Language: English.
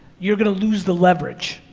you're gonna lose the leverage.